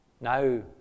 now